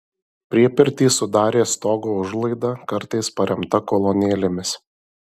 priepirtį sudarė stogo užlaida kartais paremta kolonėlėmis